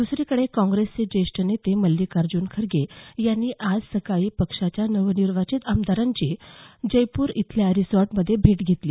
द्सरीकडं काँग्रेसचे ज्येष्ठ नेते मल्लिकार्जुन खरगे यांनी आज सकाळी पक्षाच्या नवनिर्वांचित आमदारांची जयपूर इथल्या रिसोर्टमध्ये भेट घेतली